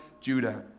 Judah